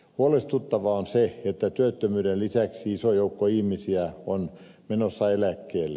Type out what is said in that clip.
huolestuttavaa on se että työttömyyden lisäksi iso joukko ihmisiä on menossa eläkkeelle